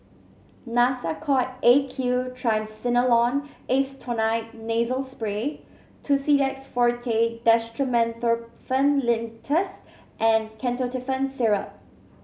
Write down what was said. Nasacort A Q Triamcinolone Acetonide Nasal Spray Tussidex Forte Dextromethorphan Linctus and Ketotifen Syrup